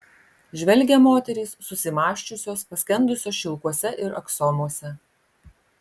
žvelgia moterys susimąsčiusios paskendusios šilkuose ir aksomuose